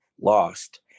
lost